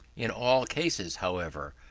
in all cases, however,